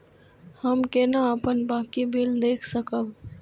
हम केना अपन बाँकी बिल देख सकब?